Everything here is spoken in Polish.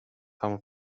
tam